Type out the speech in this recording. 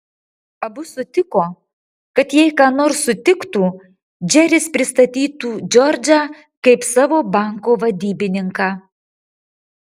abu sutiko kad jei ką nors sutiktų džeris pristatytų džordžą kaip savo banko vadybininką